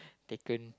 taken